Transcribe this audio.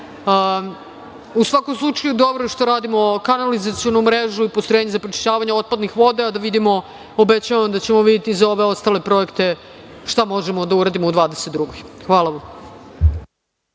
svakom slučaju, dobro je što radimo kanalizacionu mrežu i postrojenje za prečišćavanje otpadnih voda, obećavam da ćemo videti za ove ostale projekte šta možemo da uradimo u 2022. godini.